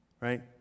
right